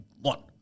One